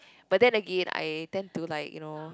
but then I again I tend to like you know